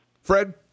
Fred